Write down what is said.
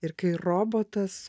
ir kai robotas